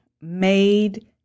made